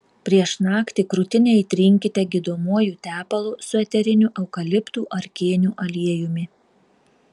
prieš naktį krūtinę įtrinkite gydomuoju tepalu su eteriniu eukaliptų ar kėnių aliejumi